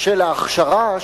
של ההכשרה,